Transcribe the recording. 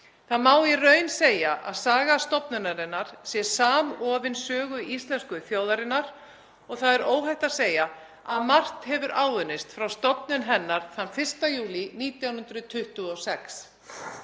Það má í raun segja að saga stofnunarinnar sé samofin sögu íslensku þjóðarinnar og það er óhætt að segja að margt hefur áunnist frá stofnun hennar þann 1. júlí 1926.